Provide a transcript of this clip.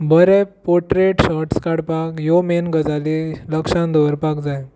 बरे portrait shorts काडपाक ह्यो मेन गजाली लक्षांत दवरपाक जाय